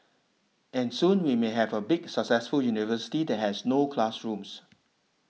and soon we may have a big successful university that has no classrooms